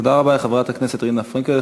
תודה רבה לחברת הכנסת רינה פרנקל.